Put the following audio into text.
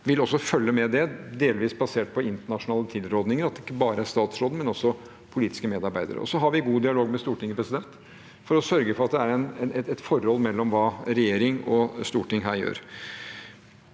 vil også følge med, delvis basert på internasjonale tilrådinger – altså ikke bare statsråden, men også politiske medarbeidere. Vi har også god dialog med Stortinget for å sørge for at det er et forhold mellom hva regjering og storting her gjør.